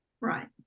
Right